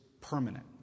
permanent